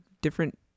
different